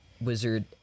wizard